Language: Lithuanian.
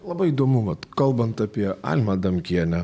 labai įdomu vat kalbant apie almą adamkienę